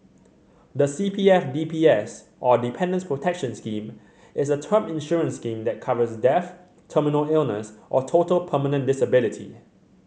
the C P F D P S or Dependants Protection Scheme is a term insurance scheme that covers death terminal illness or total permanent disability